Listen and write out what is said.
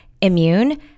immune